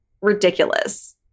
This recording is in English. ridiculous